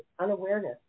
unawareness